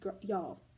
y'all